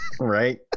Right